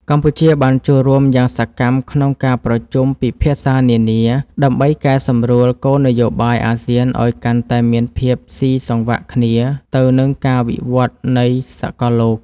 កម្ពុជាបានចូលរួមយ៉ាងសកម្មក្នុងការប្រជុំពិភាក្សានានា ដើម្បីកែសម្រួលគោលនយោបាយអាស៊ានឱ្យកាន់តែមានភាពស៊ីសង្វាក់គ្នាទៅនឹងការវិវត្តនៃសកលលោក។